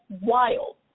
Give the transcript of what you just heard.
wild